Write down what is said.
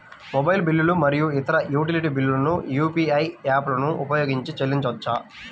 mobile బిల్లులు మరియు ఇతర యుటిలిటీ బిల్లులను యూ.పీ.ఐ యాప్లను ఉపయోగించి చెల్లించవచ్చు